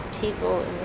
people